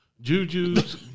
Juju's